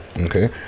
Okay